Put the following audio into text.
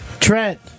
Trent